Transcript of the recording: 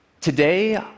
Today